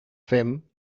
fem